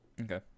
Okay